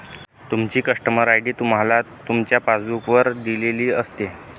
तुमची customer ID तुम्हाला तुमच्या पासबुक वर दिलेली असते